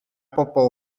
bobl